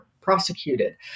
prosecuted